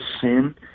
sin